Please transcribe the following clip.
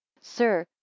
Sir